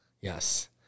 Yes